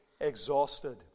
exhausted